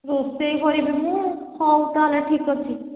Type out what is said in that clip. ରୋଷେଇ କରିବି ମୁଁ ହଉ ତା'ହେଲେ ଠିକ୍ ଅଛି